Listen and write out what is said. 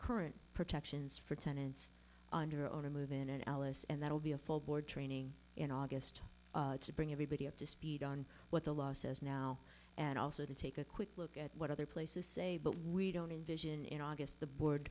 current protections for tenants under owner move in alice and that will be a full board training in august to bring everybody up to speed on what the law says now and also to take a quick look at what other places say but we don't envision in august the board